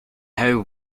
how